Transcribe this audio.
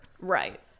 Right